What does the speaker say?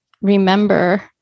remember